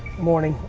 morning,